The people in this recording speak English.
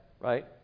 right